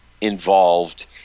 Involved